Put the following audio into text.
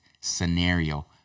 scenario